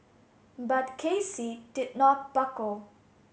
but K C did not buckle